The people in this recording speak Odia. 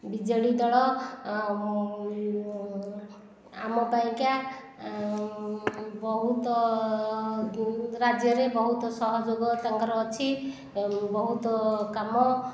ବିଜେଡ଼ି ଦଳ ଆମ ପାଇଁ ବହୁତ ରାଜ୍ୟରେ ବହୁତ ସହଯୋଗ ତାଙ୍କର ଅଛି ବହୁତ କାମ